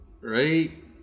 Right